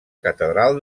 catedral